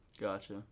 Gotcha